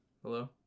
hello